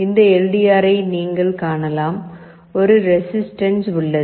இந்த L D ஆரை நீங்கள் காணலாம் ஒரு ரெசிஸ்டன்ஸ் உள்ளது